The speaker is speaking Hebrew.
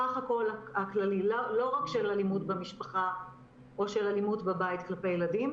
הסך הכללי לא רק של אלימות במשפחה או של אלימות בבית כלפי ילדים